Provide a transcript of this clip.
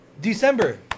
December